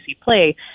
play